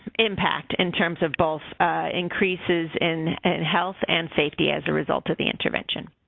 impact in terms of both increases in health and safety as a result of the intervention.